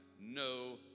no